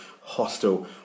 Hostel